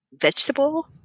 vegetable